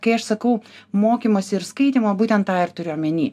kai aš sakau mokymosi ir skaitymo būtent tą ir turiu omeny